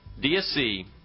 DSC